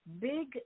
big